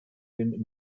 den